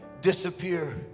disappear